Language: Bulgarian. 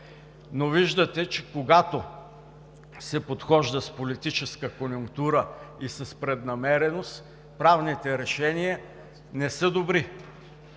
Но виждате, че когато се подхожда с политическа конюнктура и с преднамереност, правните решения не са добри.